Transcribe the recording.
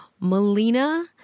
Melina